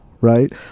right